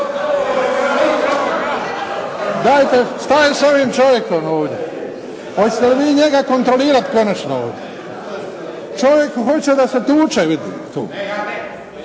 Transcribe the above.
Dajte, šta je s ovim čovjekom? Hoćete li vi njega kontrolirati konačno ovdje? Čovjek hoće da se tuče